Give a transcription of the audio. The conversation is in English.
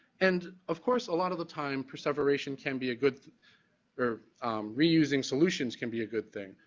and, of course, a lot of the time perseveration can be a good or reusing solutions can be a good thing,